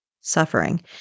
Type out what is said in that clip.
suffering